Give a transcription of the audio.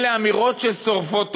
אלה אמירות ששורפות עולם.